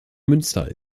münster